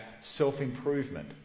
self-improvement